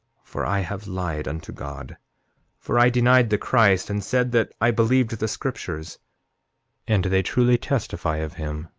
for i have lied unto god for i denied the christ, and said that i believed the scriptures and they truly testify of him.